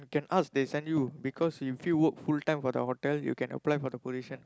can ask they send you because if you work full time for the hotel you can apply for the position